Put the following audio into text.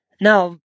Now